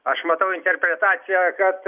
aš matau interpretaciją kad